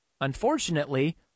Unfortunately